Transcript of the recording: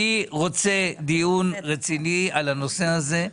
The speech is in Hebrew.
אני רוצה דיון רציני על הנושא הזה.